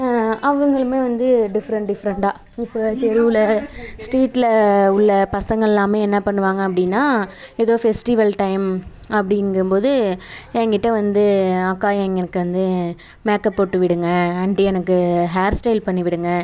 அவங்களுமே வந்து டிஃப்ரெண்ட் டிஃப்ரெண்ட்டாக இப்போ தெருவில் ஸ்ட்ரீட்டில் உள்ள பசங்களெலாமே என்ன பண்ணுவாங்க அப்படின்னா ஏதோ ஃபெஸ்ட்டிவல் டைம் அப்படிங்கும் போது என் கிட்டே வந்து அக்கா எனக்கு வந்து மேக்கப் போட்டு விடுங்க ஆண்ட்டி எனக்கு ஹேர் ஸ்டைல் பண்ணி விடுங்க